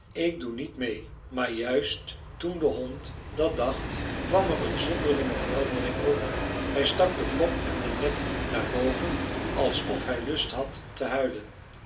ik doe niet meê maar juist toen de hond dat dacht kwam er een zonderlinge verandering over hem hij stak den kop en den nek naar boven alsof hij lust had te huilen